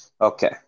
Okay